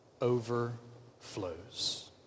overflows